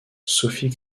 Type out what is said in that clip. sophie